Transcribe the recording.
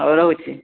ହଉ ରହୁଛି